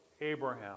Abraham